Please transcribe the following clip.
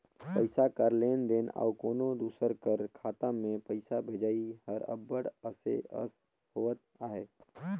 पइसा कर लेन देन अउ कोनो दूसर कर खाता में पइसा भेजई हर अब्बड़ असे अस होवत अहे